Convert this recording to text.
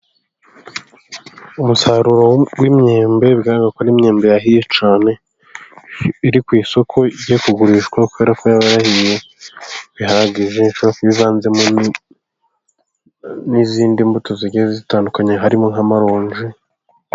Umusaruro w'imyembe bigaragara ko imyemba yahiye cyane iri ku isoko ryo kugurishwa kubera ko yarahiye bihagije. Inshobora kuba ivanze n'izindi mbuto zigiye zitandukanye harimo nka amaronji.